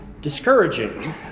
discouraging